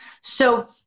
So-